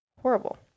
Horrible